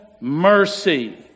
mercy